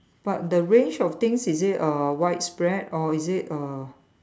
but the range of things is it err widespread or is it err